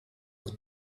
was